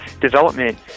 development